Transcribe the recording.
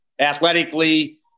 athletically